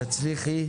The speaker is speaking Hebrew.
תצליחי.